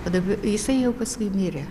va daba jisai jau paskui mirė